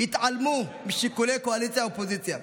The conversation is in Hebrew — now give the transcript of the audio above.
התעלמו משיקולי קואליציה אופוזיציה,